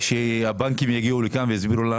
דיברנו על כך שהבנקים יגיעו לכאן ויסבירו לנו